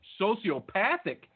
sociopathic